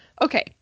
Okay